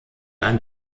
ein